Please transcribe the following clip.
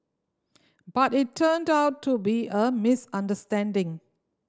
but it turned out to be a misunderstanding